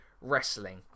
wrestling